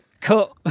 Cut